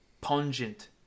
pungent